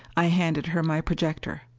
i handed her my projector.